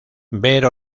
ver